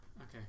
Okay